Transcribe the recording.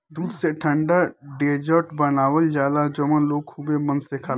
दूध से ठंडा डेजर्ट बनावल जाला जवन लोग खुबे मन से खाला